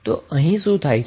તો અહીં શું થાય છે